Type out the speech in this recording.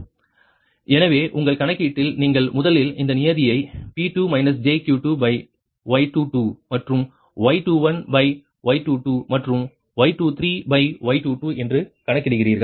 V2p1P2 jQ2Y221V2p Y21Y22V1 Y23Y22V3p எனவே உங்கள் கணக்கீட்டில் நீங்கள் முதலில் இந்த நியதியை P2 jQ2Y22 மற்றும் Y21Y22 மற்றும் Y23Y22 என்று கணக்கிடுகிறீர்கள்